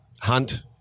Hunt